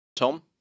Tom